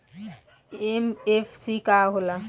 MFC का हो़ला?